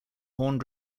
horn